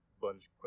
bunch